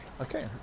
Okay